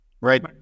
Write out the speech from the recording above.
Right